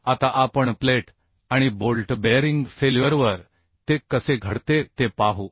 आता आपण प्लेट आणि बोल्ट बेअरिंग फेल्युअरवर ते कसे घडते ते पाहू